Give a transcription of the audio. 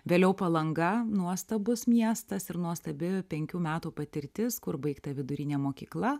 vėliau palanga nuostabus miestas ir nuostabi penkių metų patirtis kur baigta vidurinė mokykla